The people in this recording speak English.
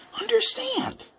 understand